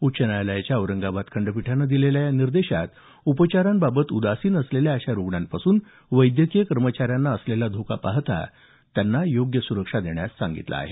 उच्च न्यायालयाच्या औरंगाबाद खंडपीठानं दिलेल्या या निर्देशात उपचारांबाबत उदासीन असलेल्या अशा रुग्णांपासून वैद्यकीय कर्मचाऱ्यांना असलेला धोका पाहता त्यांना योग्य सुरक्षा देण्यास सांगितलं आहे